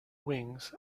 wings